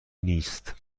نیست